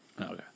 Okay